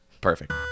perfect